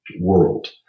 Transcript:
world